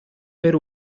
per